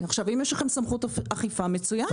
אם יש לכם סמכות אכיפה מצוין.